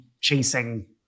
chasing